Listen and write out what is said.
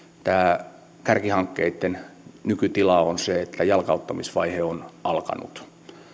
tämä kärkihankkeitten nykytila on se että jalkauttamisvaihe on alkanut